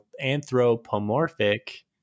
anthropomorphic